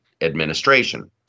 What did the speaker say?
administration